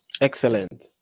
Excellent